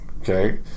Okay